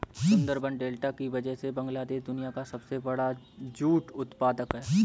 Sundarban delta की वजह से बांग्लादेश दुनिया का सबसे बड़ा जूट उत्पादक है